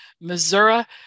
Missouri